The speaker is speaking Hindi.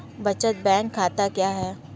बचत बैंक खाता क्या है?